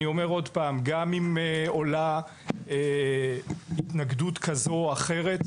גם אם עולה התנגדות כזו או אחרת,